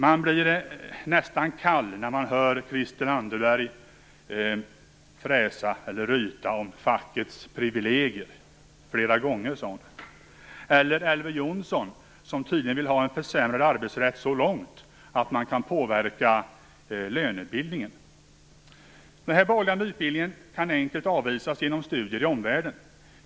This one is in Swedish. Man blir nästan kall när man hör Christel Anderberg ryta om "fackets privilegier". Flera gånger sade hon det. Detsamma gäller Elver Jonsson, som tydligen vill försämra arbetsrätten så långt att man skall kunna påverka lönebildningen. Den här borgerliga mytbildningen kan enkelt avvisas genom studier i omvärlden.